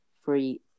free